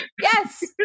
Yes